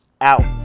Out